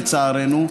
לצערנו,